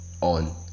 on